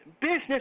Business